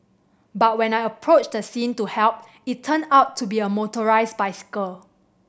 but when I approached the scene to help it turned out to be a motorised bicycle